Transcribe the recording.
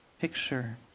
Picture